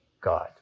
God